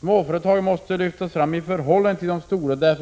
Småföretagen måste lyftas fram i förhållande till de stora företagen.